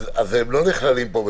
הם לא נכללים פה?